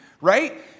right